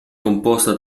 composta